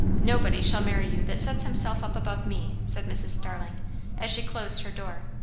nobody shall marry you that sets himself up above me, said mrs. starling as she closed her door.